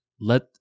let